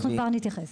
אנחנו כבר נתייחס.